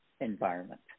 environment